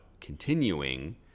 continuing